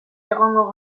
egongo